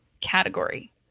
category